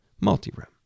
Multi-room